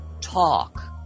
Talk